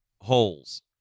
Holes